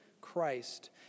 Christ